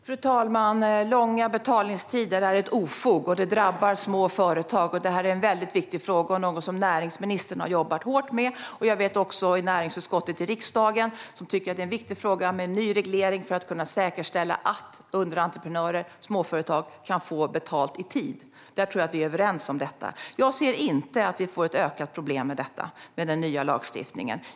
Fru talman! Långa betaltider är ett ofog som drabbar små företag. Detta är en väldigt viktig fråga och något som näringsministern har jobbat hårt med. Jag vet att också näringsutskottet i riksdagen tycker att det är en viktig fråga med en ny reglering för att säkerställa att underentreprenörer och småföretag kan få betalt i tid. Jag tror att vi är överens om detta. Jag ser inte att vi får ett ökat problem med detta med den nya lagstiftningen.